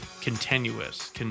Continuous